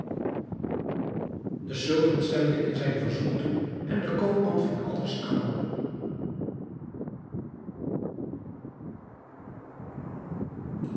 de sultan stemde in zijn verzoek toe en de koopman ving aldus aan